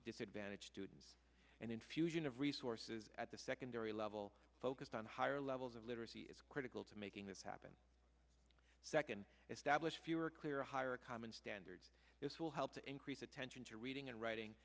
disadvantaged students and infusion of resources at the secondary level focused on higher levels of literacy is critical to making this happen second establish fewer clear higher common standards this will help to increase attention to reading and writing